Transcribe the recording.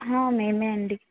మేమే అండి